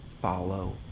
follow